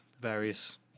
various